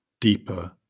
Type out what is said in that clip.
deeper